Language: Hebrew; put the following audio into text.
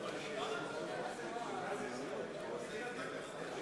אני מחדש את